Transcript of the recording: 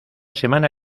semana